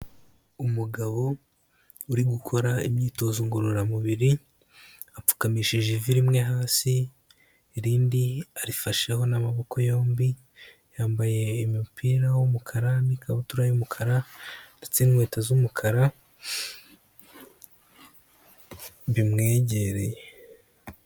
Umugabo uri gukora imyitozo ngororamubiri, apfukamishije ivi rimwe hasi, irindi arifasheho n'amaboko yombi, yambaye umupira w'umukararani n'ikabutura y'umukara ndetse n'inkweto z'umukara, bimwegereye.